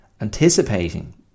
anticipating